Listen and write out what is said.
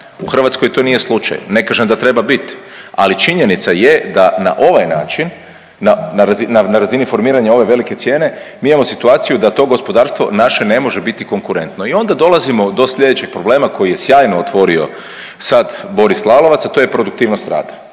u Hrvatskoj to nije slučaj, ne kažem da treba bit, ali činjenica je da na ovaj način na razini formiranja ove velike cijene mi imamo situaciju da to gospodarstvo naše ne može biti konkurentno i onda dolazimo do slijedećeg problema koji je sjajno otvorio sad Boris Lalovac, a to je produktivnost rada